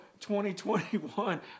2021